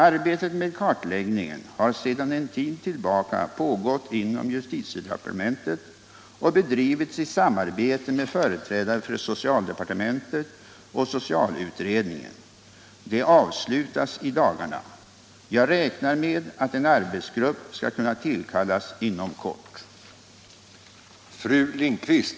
Arbetet med kartläggningen har sedan en tid tillbaka pågått inom justitiedepartementet och bedrivits i samarbete med företrädare för socialdepartementet och socialutredningen. Det avslutas i dagarna. Jag räknar med att en arbetsgrupp skall kunna tillkallas inom kort.